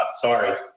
sorry